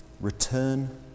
return